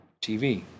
TV